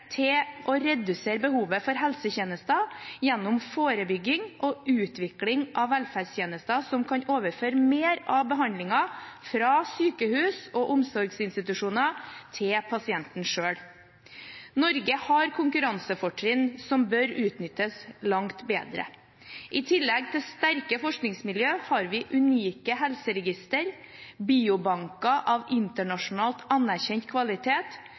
til å redusere behovet for helsetjenester, gjennom forebygging og utvikling av velferdstjenester som kan overføre mer av behandlingen fra sykehus og omsorgsinstitusjoner til pasienten selv. Norge har konkurransefortrinn som bør utnyttes langt bedre. I tillegg til sterke forskningsmiljøer har vi unike helseregistre, biobanker av internasjonalt anerkjent kvalitet,